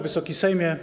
Wysoki Sejmie!